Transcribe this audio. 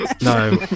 No